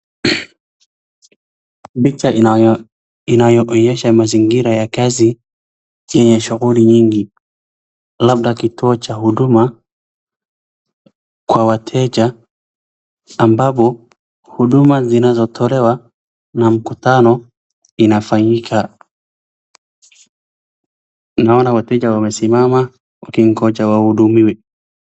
Picha inayoonyesha mazingira ya kazi yenye shughuli nyingi. Labda kituo cha huduma kwa wateja ambavyo huduma zinazotolewa na mkutano inafanyika. Naona wateja wamesimama wakingoja wahudumiwe.